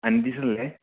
Anu ടീച്ചറല്ലേ